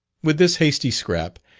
with this hasty scrap,